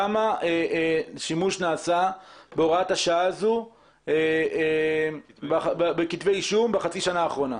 כמה שימוש נעשה בהוראת השעה הזו בכתבי אישום בשנה האחרונה.